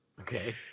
Okay